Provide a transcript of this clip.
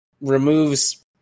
removes